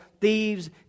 thieves